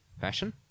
fashion